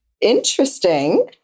Interesting